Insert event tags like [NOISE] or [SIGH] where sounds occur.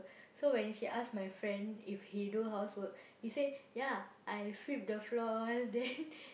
so when she ask my friend if he do house work he say ya I sweep the floor then [LAUGHS]